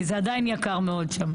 כי זה עדיין יקר מאוד שם.